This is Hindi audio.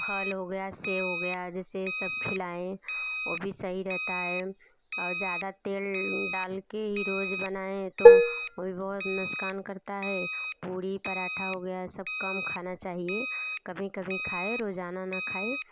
फल हो गया सेब हो गया जैसे सब खिलाए वो भी सही रहता है और ज़्यादा तेल डाल के ही रोज़ बनाए तो वो भी बहुत नुक़सान करता है पूरी पराठा हो गया सब कम खाना चाहिए कभी कभी खाए रोज़ाना ना खाएं